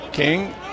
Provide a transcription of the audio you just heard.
King